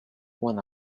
when